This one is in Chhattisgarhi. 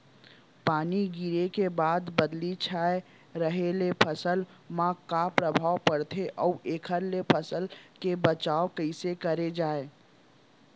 पानी गिरे के बाद बदली छाये रहे ले फसल मा का प्रभाव पड़थे अऊ एखर ले फसल के बचाव कइसे करे जाये?